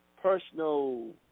personal